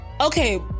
Okay